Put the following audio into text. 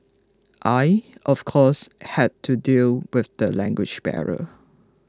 I of course had to deal with the language barrier